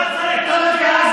אתה גזען.